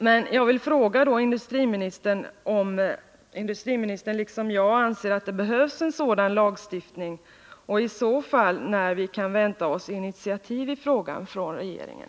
Men jag vill fråga industriministern om industriministern liksom jag anser att det behövs en Nr 48 sådan lagstiftning, och när vi i så fall kan vänta oss initiativ i frågan från regeringen.